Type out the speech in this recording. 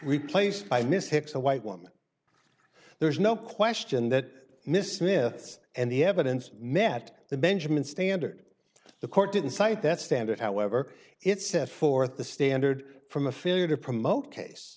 preplaced by miss hicks a white woman there is no question that miss myth and the evidence met the benjamin standard the court didn't cite that standard however it set forth the standard from a failure to promote case